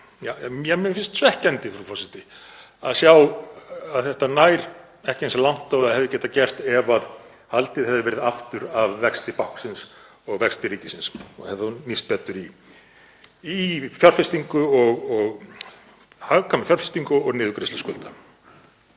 þær. Mér finnst svekkjandi, frú forseti, að sjá að þetta nær ekki eins langt og það hefði getað gert ef haldið hefði verið aftur af vexti báknsins og ríkisins. Þetta hefði nýst betur í hagkvæma fjárfestingu og niðurgreiðslu skulda.